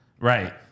right